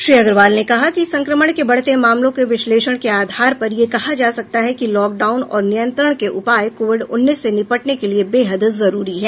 श्री अग्रवाल ने कहा कि संक्रमण के बढ़ते मामलों के विश्लेषण के आधार पर यह कहा जा सकता है कि लॉकडाउन और नियंत्रण के उपाय कोविड उन्नीस से निपटने के लिए बेहद जरूरी है